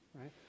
right